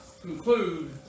conclude